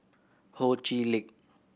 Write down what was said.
Ho Chee Lick